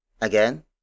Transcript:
Again